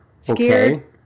Scared